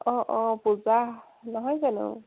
অঁ অঁ পূজা নহয় জানো